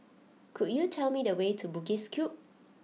could you tell me the way to Bugis Cube